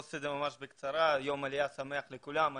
יום עלייה שמח לכולם.